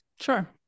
Sure